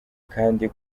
kandi